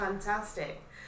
Fantastic